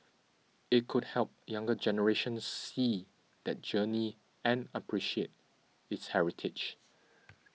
it could help younger generations see that journey and appreciate its heritage